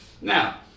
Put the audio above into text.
Now